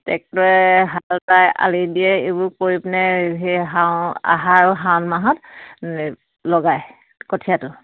ট্ৰেক্টৰে হাল বাই আলি দিয়ে এইবোৰ কৰি পিনে সেই হাও আহাৰ আৰু শাওণ মাহত লগায় কঠিয়াটো